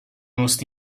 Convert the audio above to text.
most